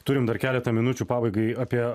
turim dar keletą minučių pabaigai apie